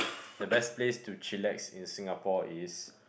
the best place to chillax in Singapore is